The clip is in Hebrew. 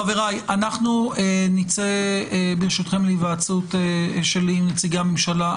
חבריי, אנחנו נצא להיוועצות של נציגי הממשלה.